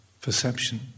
perception